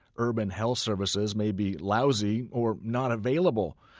urban health services may be lousy or not available.